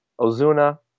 Ozuna